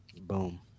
Boom